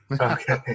Okay